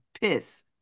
piss